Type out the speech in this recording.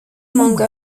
mangles